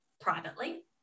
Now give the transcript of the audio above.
privately